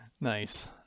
Nice